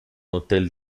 hotel